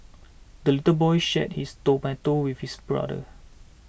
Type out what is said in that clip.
the little boy shared his tomato with his brother